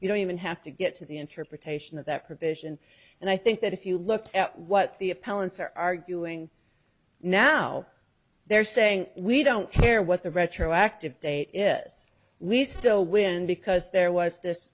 you don't even have to get to the interpretation of that provision and i think that if you look at what the appellant's are arguing now they're saying we don't care what the retroactive date is we still win because there was this